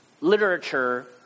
literature